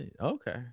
Okay